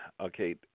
okay